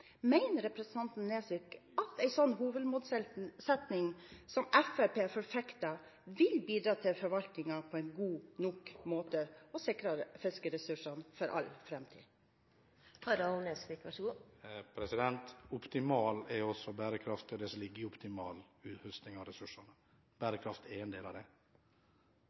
representanten Nesvik at en slik hovedmålsetting som Fremskrittspartiet forfekter, vil bidra til forvaltningen på en god nok måte og sikre fiskeressursene for all framtid? Det som ligger i optimal innhøsting av ressursene, er også bærekraftig – bærekraft er en del av det. Replikkordskiftet er omme. Arbeiderpartiet mener at det